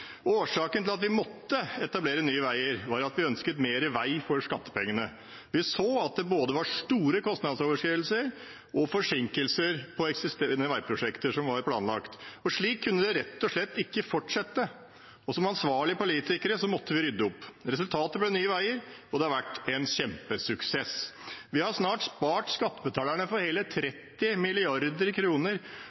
Årsaken til at vi måtte etablere Nye Veier, var at vi ønsket mer vei for skattepengene. Vi så at det både var store kostnadsoverskridelser og forsinkelser på eksisterende veiprosjekter som var planlagt. Slik kunne det rett og slett ikke fortsette, og som ansvarlige politikere måtte vi rydde opp. Resultatet ble Nye Veier, og det har vært en kjempesuksess. Vi har snart spart skattebetalerne for hele 30